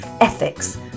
ethics